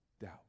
doubt